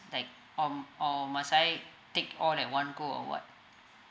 like or or must I take all at one go or what